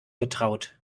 getraut